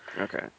Okay